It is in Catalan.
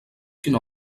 quina